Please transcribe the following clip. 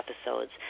episodes